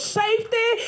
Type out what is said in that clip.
safety